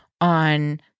on